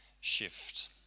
shift